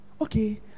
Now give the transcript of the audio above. okay